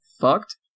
fucked